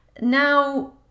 Now